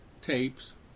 tapes